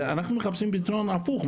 ואנחנו מחפשים פתרון הפוך,